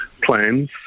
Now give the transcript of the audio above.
plans